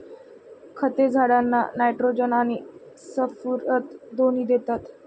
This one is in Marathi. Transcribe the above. खते झाडांना नायट्रोजन आणि स्फुरद दोन्ही देतात